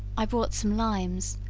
i brought some limes,